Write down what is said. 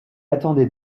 attendez